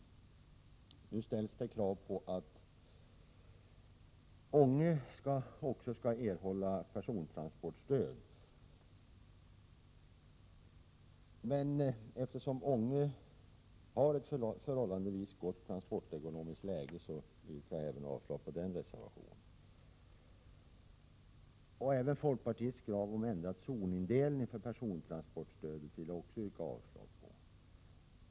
113 Nu ställs det krav på att även Ånge skall erhålla persontransportstöd, men eftersom Ånge har ett förhållandevis gott transportekonomiskt läge yrkar jag avslag på reservation 2. Folkpartiets krav på ändrad zonindelning för persontransportstödet vill jag också yrka avslag på.